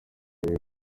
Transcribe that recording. ibi